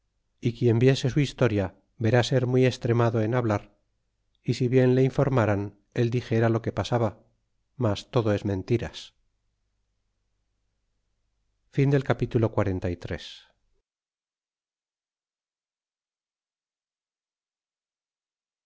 y quien su historia verá ser muy extremado en hablar é si bien le informaran él dixera lo que pasaba mas todo es mentiras capitulo